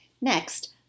Next